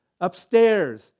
upstairs